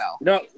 No